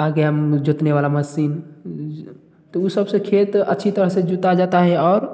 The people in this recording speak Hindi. आ गया जोतने वाला मसीन जो तो उस सबसे खेत अच्छी तरह से जोता जाता है और